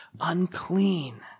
unclean